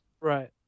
Right